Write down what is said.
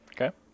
Okay